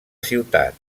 ciutat